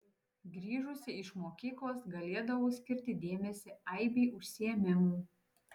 grįžusi iš mokyklos galėdavau skirti dėmesį aibei užsiėmimų